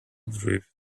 drift